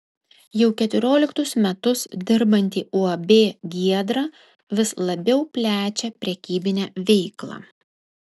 jau keturioliktus metus dirbanti uab giedra vis labiau plečia prekybinę veiklą